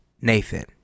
Nathan